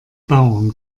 bauern